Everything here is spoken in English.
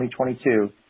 2022